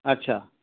আচ্ছা